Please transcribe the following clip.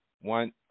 one